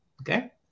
okay